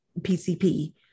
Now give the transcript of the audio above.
PCP